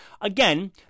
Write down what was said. Again